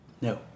No